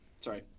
sorry